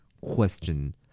question